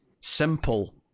simple